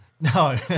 No